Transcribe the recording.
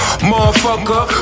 Motherfucker